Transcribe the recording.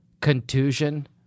contusion